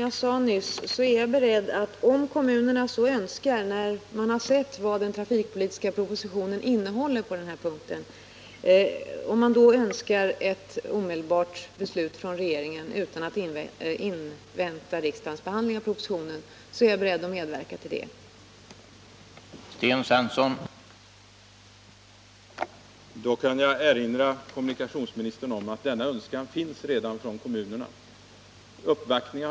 Herr talman! Om kommunerna, när man har sett vad den trafikpolitiska propositionen innehåller på denna punkt, önskar ett omedelbart beslut från regeringens sida utan att invänta riksdagens behandling av propositionen, är jag, som jag nyss sade, beredd att medverka till